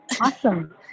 Awesome